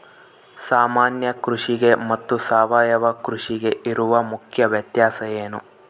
ಸಾಮಾನ್ಯ ಕೃಷಿಗೆ ಮತ್ತೆ ಸಾವಯವ ಕೃಷಿಗೆ ಇರುವ ಮುಖ್ಯ ವ್ಯತ್ಯಾಸ ಏನು?